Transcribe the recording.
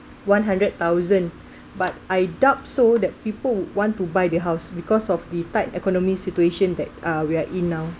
one hundred thousand but I doubt so that people want to buy the house because of the tight economy situation that we are in now